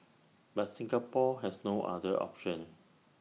but Singapore has no other option